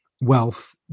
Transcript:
wealth